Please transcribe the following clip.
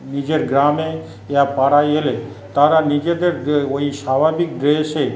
নিজের গ্রামে ইয়া পাড়ায় এলে তারা নিজেদের যে ওই স্বাভাবিক ড্রেসে